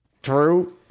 True